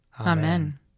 Amen